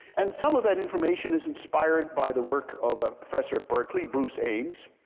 and some of that information is inspired by the work of a professor at berkeley, bruce ames,